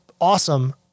awesome